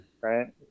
Right